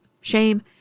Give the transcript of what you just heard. shame